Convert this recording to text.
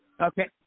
Okay